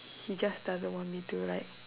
he just doesn't want me to like